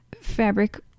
fabric